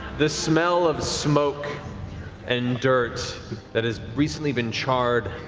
the smell of smoke and dirt that has recently been charred